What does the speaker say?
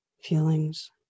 feelings